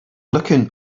looking